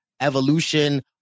evolution